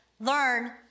learn